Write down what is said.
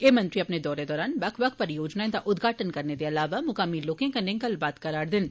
ए मंत्री अपने दौरे दौरान बक्ख बक्ख विकास परियोजनाएं दा उदघाटन करने दे अलावा मुकामी लोकें कन्नै गल्लबात करा रदे न